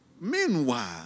Meanwhile